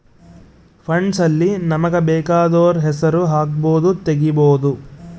funds ಅಲ್ಲಿ ನಮಗ ಬೆಕಾದೊರ್ ಹೆಸರು ಹಕ್ಬೊದು ತೆಗಿಬೊದು